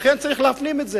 לכן, צריך להפנים את זה,